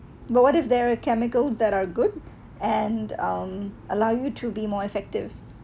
but what if they're uh chemicals that are good and um allow you to be more effective